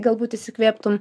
galbūt įsikvėptum